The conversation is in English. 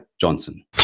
Johnson